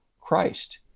Christ